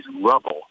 rubble